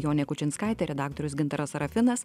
jonė kučinskaitė redaktorius gintaras serafinas